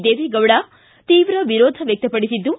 ದೇವೆಗೌಡ ತೀವ್ರ ವಿರೋಧ ವ್ಯಕ್ತಪಡಿಸಿದ್ದು